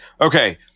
Okay